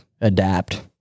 adapt